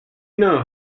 know